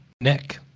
Nick